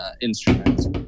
instruments